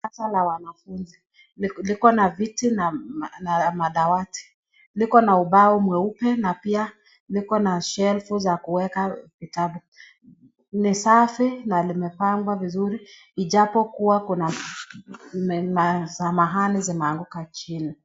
Darasa la wanafunzi likona viti na madawati. Likona ubao mweupe na pia likona shelves,(cs), zakuweka vitu ni safi naimepangwa vizuri ijapokuwa Kuna masamahani zimeanguka chini.